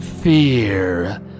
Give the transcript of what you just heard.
FEAR